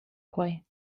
quei